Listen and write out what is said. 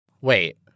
Wait